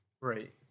Right